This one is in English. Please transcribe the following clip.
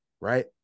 Right